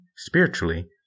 spiritually